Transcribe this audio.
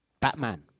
Batman